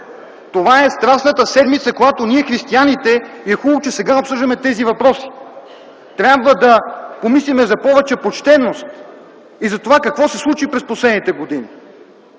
Това е Страстната седмица, когато ние християните, хубаво е, че сега обсъждаме тези въпроси, трябва да помислим за повече почтеност и за това какво се случи през последните години.